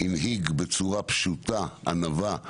הוא הנהיג בצורה פשוטה ובענווה.